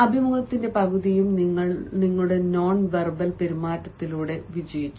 അഭിമുഖത്തിന്റെ പകുതിയും നിങ്ങളുടെ non verbal പെരുമാറ്റത്തിലൂടെ വിജയിച്ചു